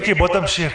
מיקי, בוא תמשיך.